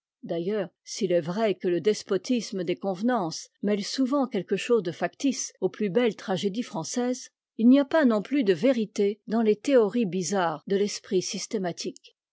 d'ailleurs s'il est vrai que le despotisme des convenances mêle souvent quelque chose de factice aux plus belles tragédies françaises il n'y a pas non plus de vérité dans les théories bizarres de l'esprit systématique